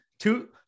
two